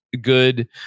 good